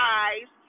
eyes